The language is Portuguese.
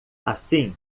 assim